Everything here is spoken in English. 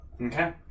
Okay